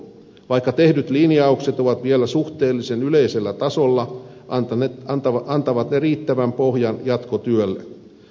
vaikka tehdyt linjaukset ovat vielä suhteellisen yleisellä tasolla antavat ne riittävän pohjan jatkotyölle